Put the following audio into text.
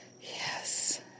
Yes